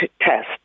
test